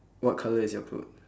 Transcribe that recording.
what colour is your clothes